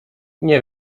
nie